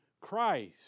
Christ